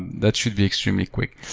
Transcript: that should be extremely quick.